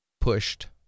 pushed